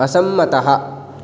असम्मतः